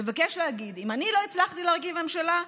מבקש להגיד: אם אני לא הצלחתי להרכיב ממשלה,